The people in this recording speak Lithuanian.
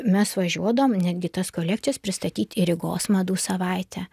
mes važiuodavom netgi tas kolekcijas pristatyt į rygos madų savaitę